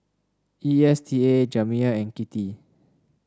E S T A Jamir and Kittie